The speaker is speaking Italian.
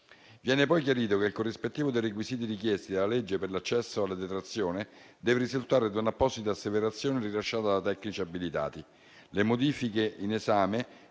Viene poi chiarito che il corrispettivo dei requisiti richiesti dalla legge per l'accesso alla detrazione deve risultare da un'apposita asseverazione rilasciata da tecnici abilitati. Le modifiche in esame